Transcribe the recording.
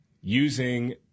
using